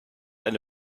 eine